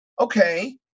Okay